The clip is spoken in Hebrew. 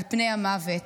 על פני המוות.